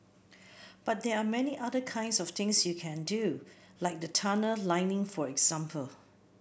but there are many other kinds of things you can do like the tunnel lining for example